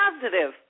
positive